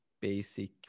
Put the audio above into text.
basic